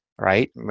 Right